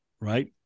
right